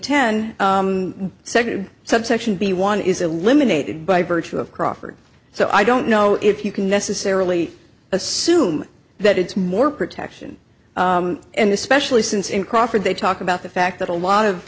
ten second subsection b one is eliminated by virtue of crawford so i don't know if you can necessarily assume that it's more protection and especially since in crawford they talk about the fact that a lot of